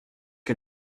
que